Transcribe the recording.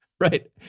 Right